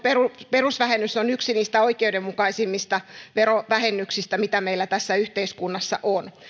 perusvähennys on yksi niistä oikeudenmukaisimmista verovähennyksistä mitä meillä tässä yhteiskunnassa on